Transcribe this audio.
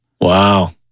Wow